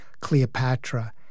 Cleopatra